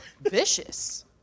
Vicious